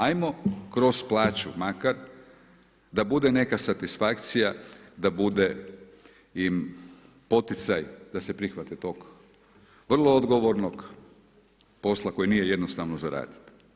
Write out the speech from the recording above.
Ajmo kroz plaću makar da bude neka satisfakcija, da bude im poticaj da se prihvate tog vrlo odgovornog posla koji nije jednostavno za radit.